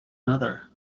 another